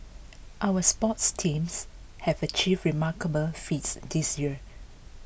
our sports teams have achieved remarkable feats this year